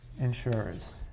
insurers